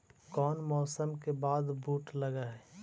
कोन मौसम के बाद बुट लग है?